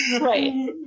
Right